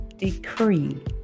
Decree